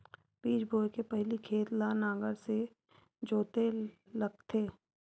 बीज बोय के पहिली खेत ल नांगर से जोतेल लगथे?